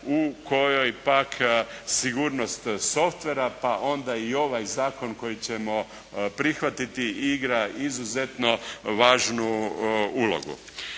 u kojoj pak sigurnost softvera pa onda i ovaj zakon koji ćemo prihvatiti, igra izuzetno važnu ulogu.